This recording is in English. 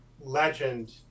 legend